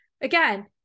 again